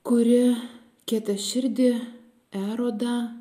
kuri kietaširdį erodą